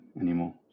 anymore